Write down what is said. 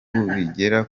bigera